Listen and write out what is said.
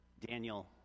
Daniel